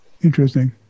Interesting